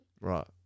right